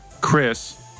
Chris